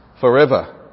forever